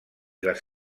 les